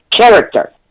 character